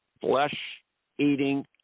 flesh-eating